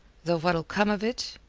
though what'll come of it,